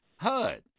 HUD